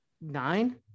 nine